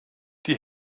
die